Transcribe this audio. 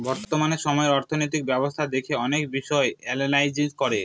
বর্তমান সময়ে অর্থনৈতিক ব্যবস্থা দেখে অনেক বিষয় এনালাইজ করে